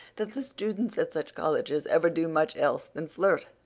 that the students at such colleges ever do much else than flirt.